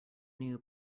new